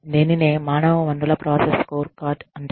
దీనినే మానవ వనరుల ప్రాసెస్ స్కోర్కార్డ్ అంటారు